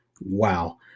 Wow